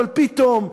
אבל פתאום,